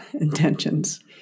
intentions